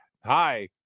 Hi